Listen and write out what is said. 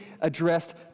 addressed